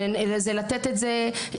זה לתת את זה,